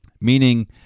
meaning